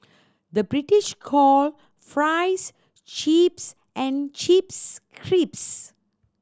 the British calls fries chips and chips crisps